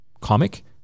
comic